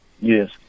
Yes